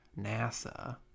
NASA